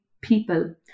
People